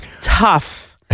tough